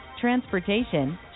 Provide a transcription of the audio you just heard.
transportation